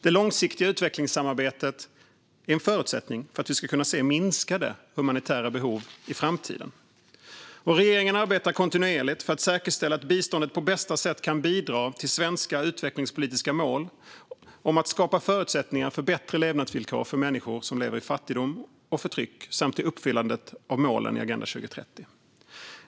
Det långsiktiga utvecklingssamarbetet är en förutsättning för att vi ska kunna se minskade humanitära behov i framtiden. Regeringen arbetar kontinuerligt för att säkerställa att biståndet på bästa sätt kan bidra till svenska utvecklingspolitiska mål om att skapa förutsättningar för bättre levnadsvillkor för människor som lever i fattigdom och förtryck samt till uppfyllandet av målen i Agenda 2030.